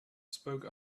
spoke